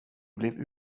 blev